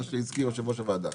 מה שהזכיר יושב-ראש הוועדה.